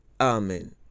Amen